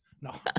No